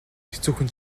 хэцүүхэн